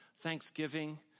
Thanksgiving